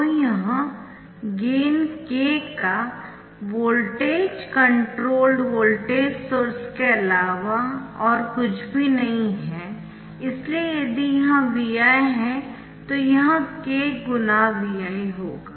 तो यह gain k का वोल्टेज कंट्रोल्ड वोल्टेज सोर्स के अलावा और कुछ भी नहीं है इसलिए यदि यह Vi है तो यह k×Vi होगा